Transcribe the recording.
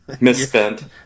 misspent